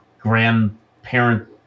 grandparent